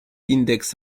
index